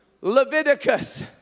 leviticus